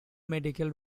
medical